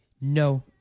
No